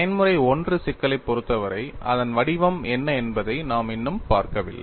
பயன்முறை I சிக்கலைப் பொறுத்தவரை அதன் வடிவம் என்ன என்பதை நாம் இன்னும் பார்க்கவில்லை